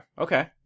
okay